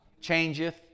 changeth